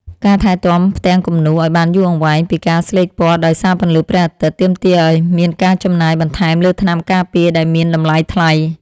ការថែទាំផ្ទាំងគំនូរឱ្យបានយូរអង្វែងពីការស្លេកពណ៌ដោយសារពន្លឺព្រះអាទិត្យ ទាមទារឱ្យមានការចំណាយបន្ថែមលើថ្នាំការពារដែលមានតម្លៃថ្លៃ។